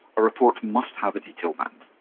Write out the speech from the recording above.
a report must have a detail band.